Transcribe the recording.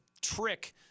trick